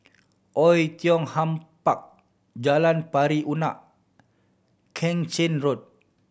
Oei Tiong Ham Park Jalan Pari Unak Keng Chin Road